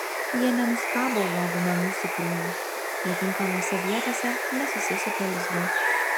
jie nenuskabo uogų nuo mūsų krūmų netinkamose vietose nesusisuka lizdų